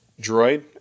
droid